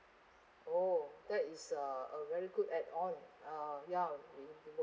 oh that is a a very good add on uh ya